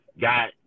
got